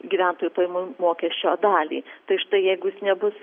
gyventojų pajamų mokesčio dalį tai štai jeigu jis nebus